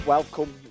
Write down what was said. Welcome